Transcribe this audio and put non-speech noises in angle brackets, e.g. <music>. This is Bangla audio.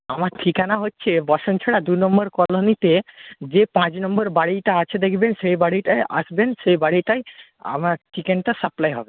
আমার ঠিকানা হচ্ছে <unintelligible> দু নম্বর কলোনিতে যে পাঁচ নম্বর বাড়িটা আছে দেখবেন সেই বাড়িটায় আসবেন সেই বাড়িটায় আমার চিকেনটা সাপ্লাই হবে